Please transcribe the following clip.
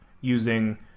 using